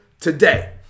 today